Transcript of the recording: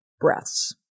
breaths